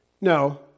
No